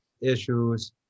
issues